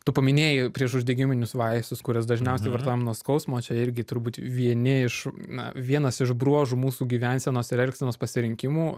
tu paminėjai priešuždegiminius vaistus kuriuos dažniausiai vartojam nuo skausmo čia irgi turbūt vieni iš na vienas iš bruožų mūsų gyvensenos ir elgsenos pasirinkimų